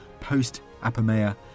post-Apamea